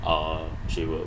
err shaver